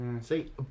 See